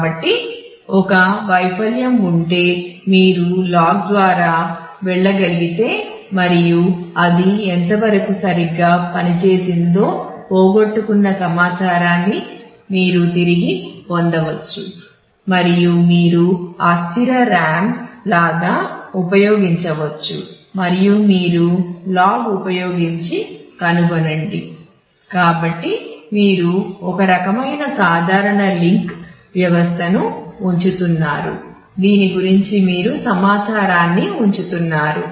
కాబట్టి ఒక వైఫల్యం ఉంటే మీరు లాగ్ పరంగా నిర్వహించబడుతుంది